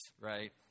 right